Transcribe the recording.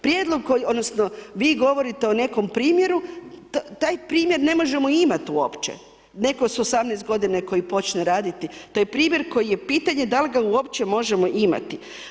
Prijedlog koji, odnosno vi govorite o nekom primjeru taj primjer ne možemo imat uopće, neko s 18 godina koji počne raditi, to je primjer da li ga uopće možemo imati.